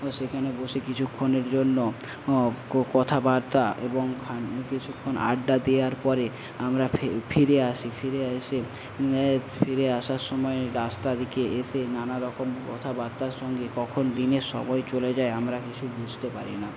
সেখানে বসে কিছুক্ষণের জন্য কথাবার্তা এবং কিছুক্ষণ আড্ডা দেওয়ার পরে আমরা ফিরে আসি ফিরে এসে ফিরে আসার সময় রাস্তা দিকে এসে নানারকম কথাবার্তার সঙ্গে কখন দিনের সময় চলে যায় আমরা কিছু বুঝতে পারি না